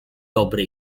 dobry